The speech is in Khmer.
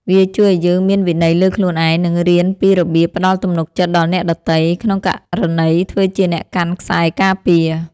វាជួយឱ្យយើងមានវិន័យលើខ្លួនឯង និងរៀនពីរបៀបផ្ដល់ទំនុកចិត្តដល់អ្នកដទៃ ក្នុងករណីធ្វើជាអ្នកកាន់ខ្សែការពារ។